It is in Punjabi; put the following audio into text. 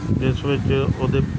ਜਿਸ ਵਿੱਚ ਉਹਦੇ